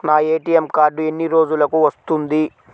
నా ATM card ఎన్ని రోజులకు వస్తుంది?